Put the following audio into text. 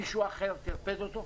מישהו אחר טרפד אותו.